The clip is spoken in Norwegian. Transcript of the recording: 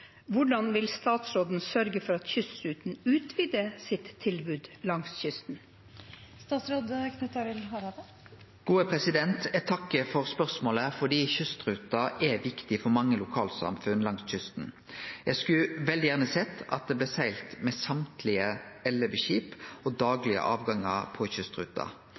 vil statsråden sørge for at kystruten utvider sitt tilbud langs kysten?» Eg takkar for spørsmålet fordi kystruta er viktig for mange lokalsamfunn langs kysten. Eg skulle veldig gjerne sett at det blei segla med alle elleve skipa og daglege avgangar på kystruta.